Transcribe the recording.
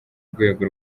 rwego